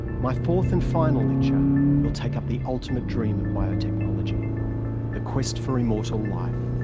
my fourth and final lecture will take up the ultimate dream of biotechnology the quest for immortal life.